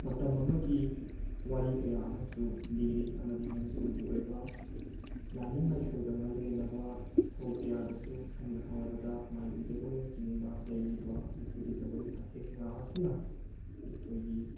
ꯃꯇꯝ ꯑꯃꯒꯤ ꯋꯥꯔꯤ ꯀꯌꯥ ꯑꯃꯁꯨ ꯂꯤꯔꯤ ꯑꯃꯗꯤ ꯃꯅꯤꯄꯨꯔꯒꯤ ꯑꯣꯏꯕ ꯂꯥꯏꯅꯤꯡ ꯂꯥꯏꯁꯣꯜꯒ ꯃꯔꯤ ꯂꯩꯅꯕ ꯊꯧ ꯀꯌꯥꯗꯁꯨ ꯁꯝꯅ ꯍꯥꯏꯔꯕꯗ ꯃꯥꯏꯕꯤ ꯖꯒꯣꯏꯅꯆꯤꯡꯕ ꯂꯩꯔꯤꯕ ꯑꯩꯈꯣꯏꯒꯤ ꯖꯒꯣꯏ ꯁꯥꯊꯦꯛ ꯀꯌꯥ ꯑꯁꯤꯅ ꯑꯩꯈꯣꯏꯒꯤ